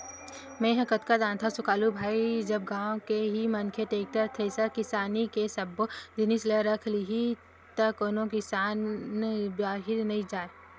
मेंहा अतका जानथव सुकालू भाई जब गाँव के ही मनखे टेक्टर, थेरेसर किसानी के सब्बो जिनिस ल रख लिही त कोनो किसान बाहिर नइ जाय